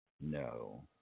No